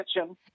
Kitchen